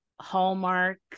hallmark